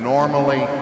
Normally